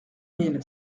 mille